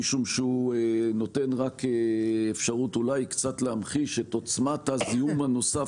משום שהוא נותן אפשרות אולי קצת להמחיש את עוצמת הזיהום הנוסף